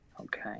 Okay